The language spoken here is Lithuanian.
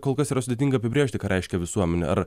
kol kas yra sudėtinga apibrėžti ką reiškia visuomenė ar